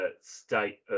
state